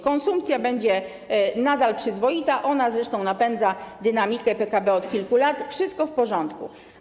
Konsumpcja będzie nadal przyzwoita, ona zresztą napędza dynamikę PKB od kilku lat, wszystko w porządku.